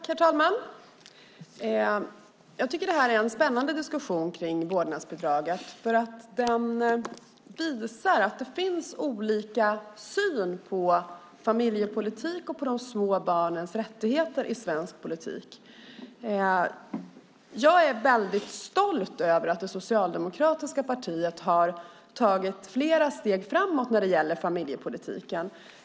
Herr talman! Jag tycker att detta är en spännande diskussion om vårdnadsbidraget, för den visar att det finns olika syn på familjepolitik och de små barnens rättigheter i svensk politik. Jag är stolt över att det socialdemokratiska partiet har tagit flera steg framåt när det gäller familjepolitiken.